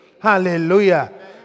Hallelujah